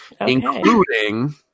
Including